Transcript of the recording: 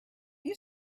you